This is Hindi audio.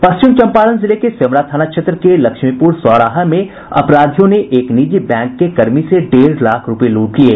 पश्चिम चंपारण जिले के सेमरा थाना क्षेत्र के लक्ष्मीपुर सौराहा में अपराधियों ने एक निजी बैंक के कर्मी से डेढ़ लाख रूपये लूट लिये